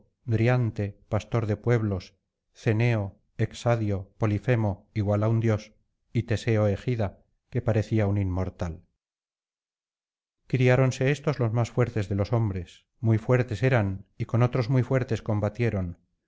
driante pastor de pueblos ceneo exadio polifemo igual á un dios y teseo egida que parecía un inmortal criáronse éstos los más fuertes de los hombres muy fuertes eran y con otros muy fuertes combatieron